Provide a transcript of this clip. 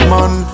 Man